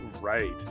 right